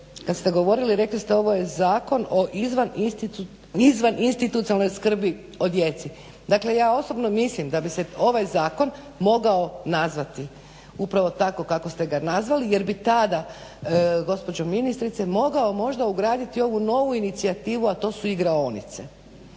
kad ste govorili rekli ste ovo je zakon o izvaninstitucionalnoj skrbi o djeci. Dakle ja osobno mislim da bi se ovaj zakon mogao nazvati upravo tako kako ste ga nazvali, jer bi tada gospođo ministrice mogao možda ugraditi ovu novu inicijativu a to su igraonice,